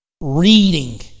reading